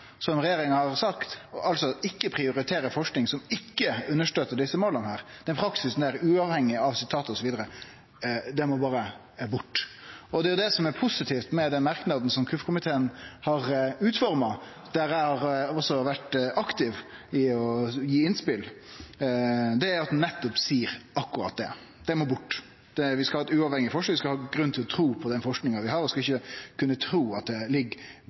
som regjeringa har sett, altså ikkje prioritere forsking som ikkje støttar desse måla, men som er uavhengig, må bort. Det som er positivt med den merknaden som kyrkje-, utdannings- og forskingskomiteen har utforma, der også eg har vore aktiv i å gi innspel, er at ein seier akkurat det. Den praksisen må bort. Vi skal ha ei uavhengig forsking. Vi skal ha grunn til å tru på den forskinga vi har, vi skal ikkje kunne tru at det ligg